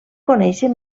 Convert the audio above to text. conèixer